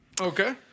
Okay